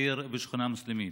עיר ושכונה מוסלמית.